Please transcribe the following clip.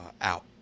out